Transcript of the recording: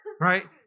right